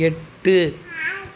எட்டு